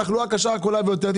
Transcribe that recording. התחלואה קשה ביותר.